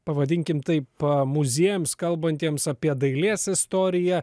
pavadinkim taip muziejams kalbantiems apie dailės istoriją